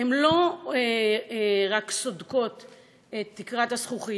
שלא רק סודקות את תקרת הזכוכית,